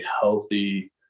healthy